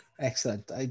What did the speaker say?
Excellent